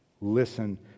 Listen